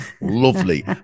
Lovely